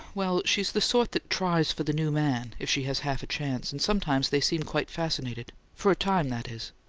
well, she's the sort that tries for the new man if she has half a chance and sometimes they seem quite fascinated for a time, that is.